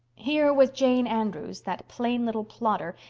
here was jane andrews, that plain little plodder,